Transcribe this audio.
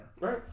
Right